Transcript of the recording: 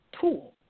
tool